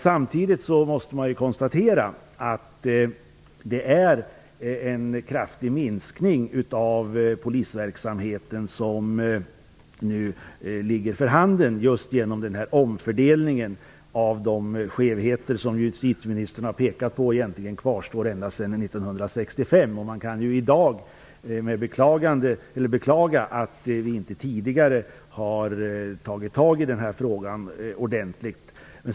Samtidigt måste man konstatera att det är en kraftig minskning av polisverksamheten som nu är för handen, just genom den här omfördelningen på grund av de skevheter som justitieministern har pekat på kvarstår sedan 1965. Man kan i dag beklaga att vi inte tidigare har tagit tag i den här frågan ordentligt.